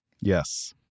Yes